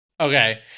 Okay